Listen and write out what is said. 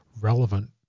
relevant